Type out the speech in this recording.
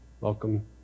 Welcome